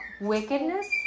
Wickedness